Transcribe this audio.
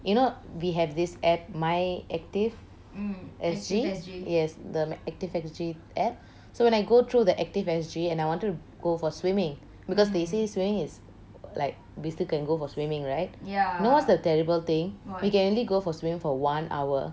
you know we have this app my active S_G yes the active S_G app so when I go through the active S_G and I wanted to go for swimming because they say swimming is like we still can go for swimming right ya you know what's the terrible thing we can only go for swimming for one hour